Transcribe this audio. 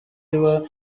niba